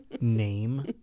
name